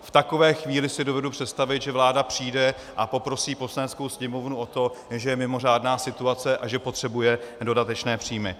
V takové chvíli si dovedu představit, že vláda přijde a poprosí Poslaneckou sněmovnu o to, že je mimořádná situace a že potřebuje dodatečné příjmy.